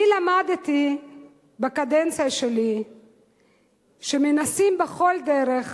אני למדתי בקדנציה שלי שמנסים בכל דרך,